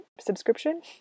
subscription